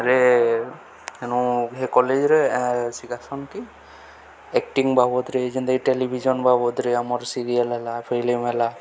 ରେ ଏଣୁ ହେ କଲେଜରେ ଶିଖାସନ୍ କି ଆକ୍ଟିଙ୍ଗ ବାବଦରେ ଯେନ୍ତାକ ଟେଲିଭିଜନ୍ ବାବଦରେ ଆମର୍ ସିରିଏଲ୍ ହେଲା ଫିଲ୍ମ ହେଲା